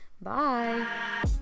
bye